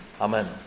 Amen